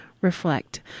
reflect